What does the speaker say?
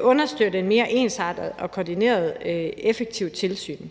understøtte et mere ensartet, koordineret og effektivt tilsyn.